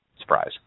Surprise